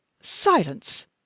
Silence